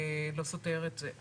לא סותר את זה?